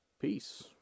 peace